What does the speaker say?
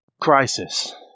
Crisis